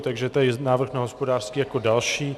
Takže to je návrh na hospodářský jako další.